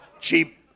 Cheap